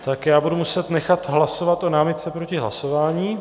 Tak budu muset nechat hlasovat o námitce proti hlasování.